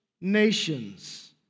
nations